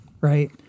right